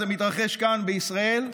זה מתרחש כאן בישראל,